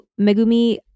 Megumi